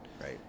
right